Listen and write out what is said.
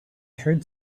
heard